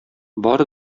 бар